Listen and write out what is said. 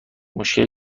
مشکلی